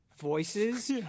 voices